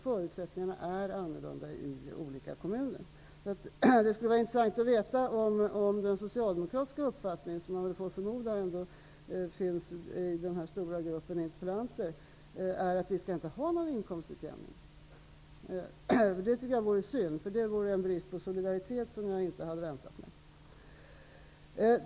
Förutsättningarna är också annorlunda i olika kommuner. Det skulle vara intressant att veta om den socialdemokratiska uppfattning som man får förmoda ändå finns i den här stora gruppen interpellanter är att vi inte skall ha någon inkomstutjämning. Det vore i så fall synd. Det skulle nämligen visa en brist på solidaritet som jag inte hade väntat mig.